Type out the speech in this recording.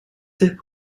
dip